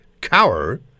cower